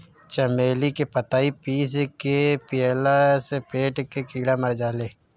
चमेली के पतइ पीस के पियला से पेट के कीड़ा मर जाले